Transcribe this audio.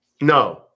No